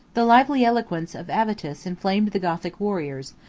the lively eloquence of avitus inflamed the gothic warriors,